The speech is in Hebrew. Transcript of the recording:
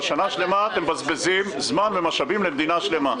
אבל שנה שלמה אתם מבזבזים זמן ומשאבים למדינה שלמה,